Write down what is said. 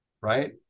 right